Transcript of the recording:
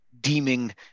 deeming